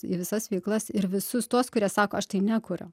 į visas veiklas ir visus tuos kurie sako aš tai nekuriu